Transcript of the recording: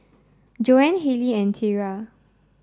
Joann Hayley and Tyra